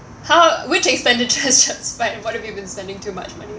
how which expenditure has justified what have you been spending too much money